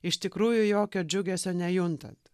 iš tikrųjų jokio džiugesio nejuntant